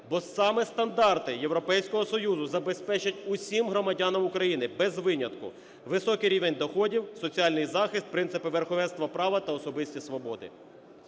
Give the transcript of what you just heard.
бо саме стандарти Європейського Союзу забезпечать усім громадянам України без винятку високий рівень доходів, соціальний захист, принципи верховенства права та особисті свободи.